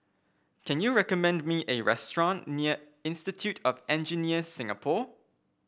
can you recommend me a restaurant near Institute of Engineers Singapore